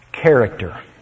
Character